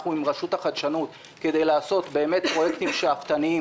אנחנו עם רשות החדשנות כדי לעשות באמת פרויקטים שאפתניים